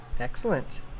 excellent